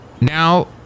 Now